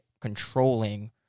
controlling